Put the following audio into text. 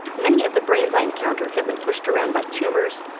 many of the brains i encounter have been pushed around by tumours,